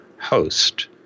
host